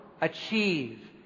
achieve